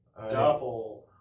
Doppel